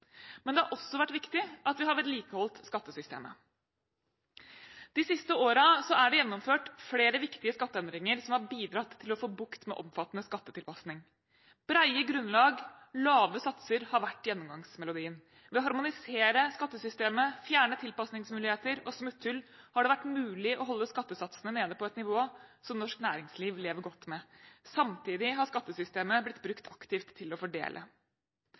Men det har også vært viktig at vi har vedlikeholdt skattesystemet. De siste årene er det gjennomført flere viktige skatteendringer som har bidratt til å få bukt med omfattende skattetilpasninger. Brede grunnlag og lave satser har vært gjennomgangsmelodien. Ved å harmonisere skattesystemet og fjerne tilpasningsmuligheter og smutthull har det vært mulig å holde skattesatsene nede på et nivå som norsk næringsliv lever godt med. Samtidig har skattesystemet blitt brukt aktivt til å fordele.